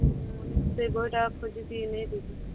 ମୁଁ ସେ ବହିଟା ଖୋଜିକି ନେଇ ଦେବି